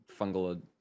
fungal